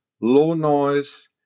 low-noise